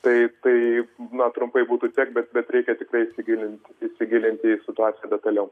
tai tai na trumpai būtų tiek bet bet reikia tiktai įsigilinti įsigilinti į situaciją detaliau